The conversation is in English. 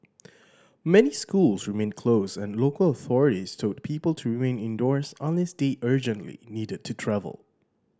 many schools remained closed and local authorities told people to remain indoors unless they urgently needed to travel